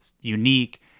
unique